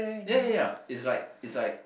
ya ya ya is like is like